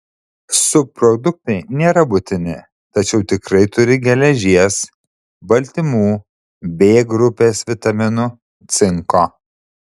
subproduktai nėra būtini tačiau tikrai turi geležies baltymų b grupės vitaminų cinko